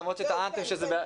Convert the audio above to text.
למרות שטענתם --- לא,